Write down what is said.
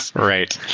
right.